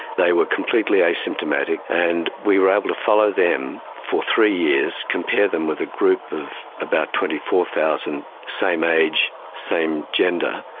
they were completely asymptomatic, and we were able to follow them for three years, compare them with a group of about twenty four thousand same age, same gender,